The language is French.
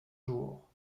jours